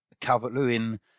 Calvert-Lewin